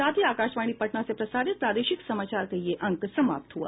इसके साथ ही आकाशवाणी पटना से प्रसारित प्रादेशिक समाचार का ये अंक समाप्त हुआ